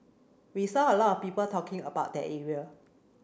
we saw a lot of people talking about that area